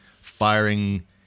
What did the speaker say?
firing